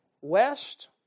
west